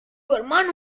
hermano